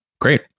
Great